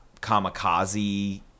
kamikaze